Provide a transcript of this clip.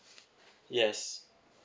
yes